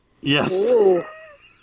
Yes